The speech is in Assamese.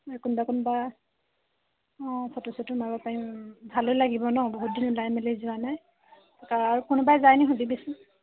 কোনোবা কোনোবা অঁ ফটো চটো মাৰিব পাৰিম ভালো লাগিব নহ্ বহুত দিন ওলাই মেলি যোৱা নাই আৰু কোনোবাই যায়নি সুধিবিচোন